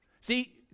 See